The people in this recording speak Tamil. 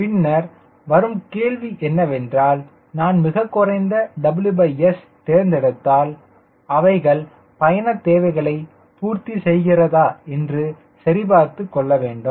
பின்னர் வரும் கேள்வி என்னவென்றால் நான் மிகக் குறைந்த WS தேர்ந்தெடுத்தால் அவைகள் பயணத் தேவைகளை பூர்த்தி செய்கிறதா என்று சரிபார்த்துக் கொள்ள வேண்டும்